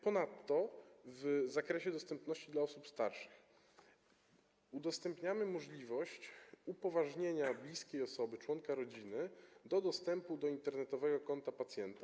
Ponadto w zakresie dostępności dla osób starszych udostępniamy możliwość upoważnienia bliskiej osoby, członka rodziny do dostępu do internetowego konta pacjenta.